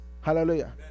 Hallelujah